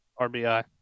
RBI